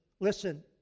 Listen